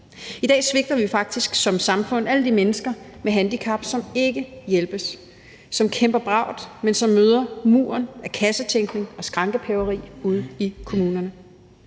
I dag svigter vi faktisk som samfund alle de mennesker med handicap, som ikke kan hjælpes, og som kæmper bravt, men som møder muren af kassetænkning og skrankepaveri ude i kommunerne.